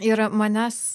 ir manęs